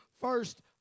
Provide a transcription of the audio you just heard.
first